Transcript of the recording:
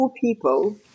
people